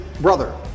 brother